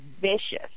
vicious